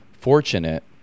fortunate